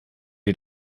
ihr